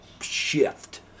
shift